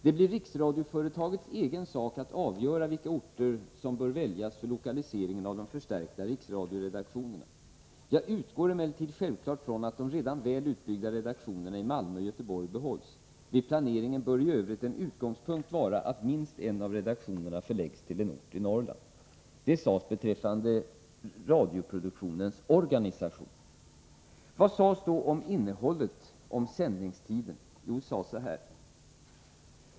Det blir riksradioföretagets egen sak att avgöra vilka orter som bör väljas för lokaliseringen av de förstärkta riksradioredaktionerna. Jag utgår emellertid självklart från att de redan väl utbyggda redaktionerna i Malmö och Göteborg behålls. Vid planeringen bör i övrigt en utgångspunkt vara att minst en av redaktionerna förläggs till en ort i Norrland.” Detta sades beträffande radioproduktionens organisation. Vad sades då om innehållet och om sändningstiden?